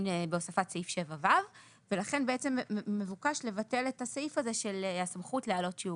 בהוספת סעיף 7ו ולכן מבוקש לבטל את הסעיף הזה של הסמכות להעלות שיעורים.